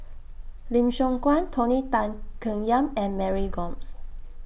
Lim Siong Guan Tony Tan Keng Yam and Mary Gomes